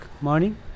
morning